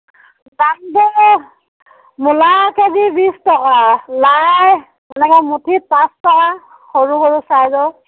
দামটো মূলা K G বিশ টকা লাই এনেকৈ মুঠিত পাঁচ টকা সৰু সৰু ছাইজৰ